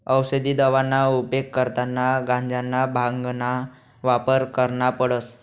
औसदी दवाना उपेग करता गांजाना, भांगना वापर करना पडस